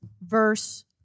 verse